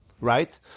right